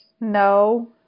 No